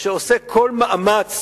עושה כל מאמץ